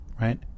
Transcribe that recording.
right